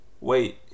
Wait